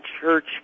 church